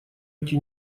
эти